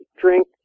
drink